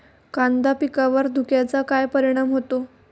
कांदा पिकावर धुक्याचा काय परिणाम होतो?